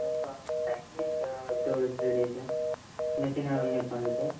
ఒక టైమ్ ఇవ్వండి sir two three days చిన్న చిన్నవి ఉన్నాయి పనులు సార్